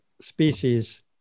species